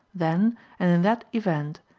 then and in that event,